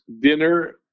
dinner